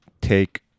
take